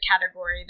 category